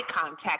contact